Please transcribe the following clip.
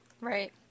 Right